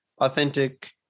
authentic